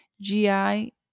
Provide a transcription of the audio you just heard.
GI